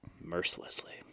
Mercilessly